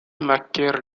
marquèrent